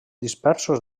dispersos